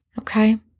okay